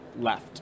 left